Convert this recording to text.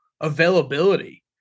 availability